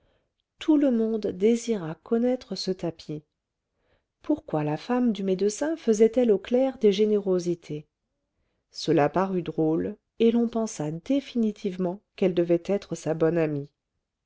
tout le monde désira connaître ce tapis pourquoi la femme du médecin faisait-elle au clerc des générosités cela parut drôle et l'on pensa définitivement qu'elle devait être sa bonne amie